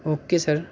okay sir